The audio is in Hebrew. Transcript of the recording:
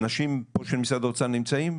אנשים של משרד האוצר נמצאים?